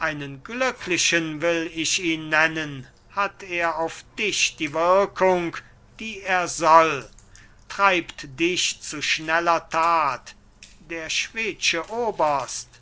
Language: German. einen glücklichen will ich ihn nennen hat er auf dich die wirkung die er soll treibt dich zu schneller tat der schwedsche oberst